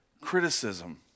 criticism